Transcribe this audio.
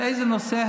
באיזה נושא,